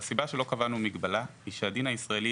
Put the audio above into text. והסיבה שלא קבענו מגבלה היא שהדין הישראלי